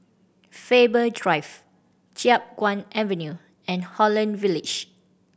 Faber Drive Chiap Guan Avenue and Holland Village